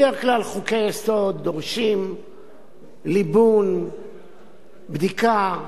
בדרך כלל חוקי-יסוד דורשים ליבון, בדיקה,